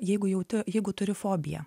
jeigu jauti jeigu turi fobiją